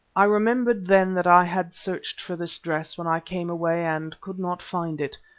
i remembered then that i had searched for this dress when i came away and could not find it,